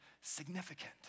significant